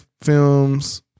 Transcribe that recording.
films